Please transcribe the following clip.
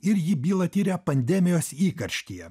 ir jį bylą tiria pandemijos įkarštyje